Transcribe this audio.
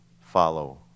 follow